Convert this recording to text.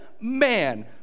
man